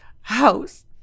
house